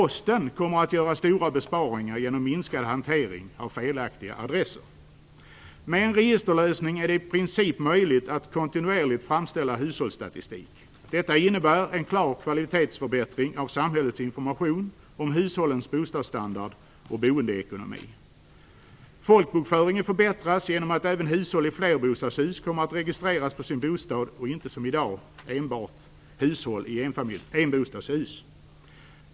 Posten kommer att göra stora besparingar genom minskad hantering av felaktiga adresser. Med en registerlösning är det i princip möjligt att kontinuerligt framställa hushållsstatistik. Detta innebär en klar kvalitetsförbättring av samhällets information om hushållens boendestandard och boendeekonomi. Folkbokföringen förbättras genom att även hushåll i flerbostadshus kommer att registreras på sin bostad och inte som i dag enbart hushåll i enbostadshus.